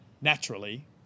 naturally